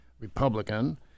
Republican